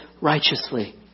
righteously